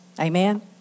Amen